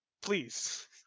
please